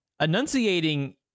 enunciating